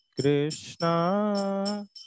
Krishna